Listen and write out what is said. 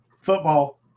football